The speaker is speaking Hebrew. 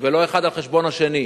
ולא אחד על חשבון השני.